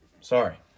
Sorry